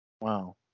Wow